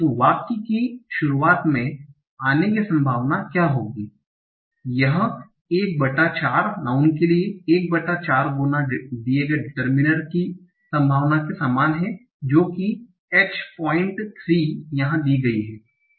तो वाक्य की शुरुआत में आने की संभावना क्या होगी यह 14 नाउँन के लिए 14 गुना दिए गए डिटेर्मिनर की संभावना के समान है और जो कि h पॉइंट 3 यहां दी गयी है